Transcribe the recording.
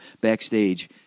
backstage